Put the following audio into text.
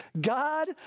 God